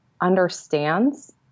understands